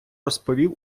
розповів